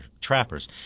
trappers